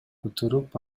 отуруп